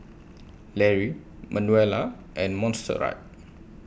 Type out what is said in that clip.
Lary Manuela and Montserrat